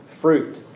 fruit